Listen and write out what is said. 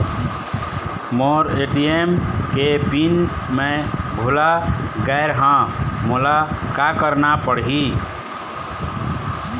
मोर ATM के PIN मैं भुला गैर ह, मोला का करना पढ़ही?